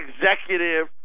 executive